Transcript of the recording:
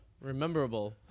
rememberable